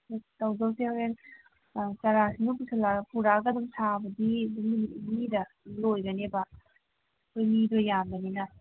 ꯎꯝ ꯇꯧꯗꯧꯁꯦ ꯍꯣꯔꯦꯟ ꯆꯔꯥꯁꯤꯡꯗꯨ ꯄꯨꯔꯛꯑꯒ ꯑꯗꯨꯝ ꯊꯥꯕꯗꯤ ꯑꯗꯨꯝ ꯅꯨꯃꯤꯠ ꯅꯤꯅꯤꯗ ꯂꯣꯏꯒꯅꯦꯕ ꯑꯩꯈꯣꯏ ꯃꯤꯗꯣ ꯌꯥꯝꯕꯅꯤꯅ